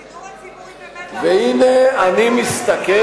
אז שייתנו גיבוי באמת, והנה, אני מסתכל,